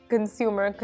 consumer